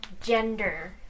gender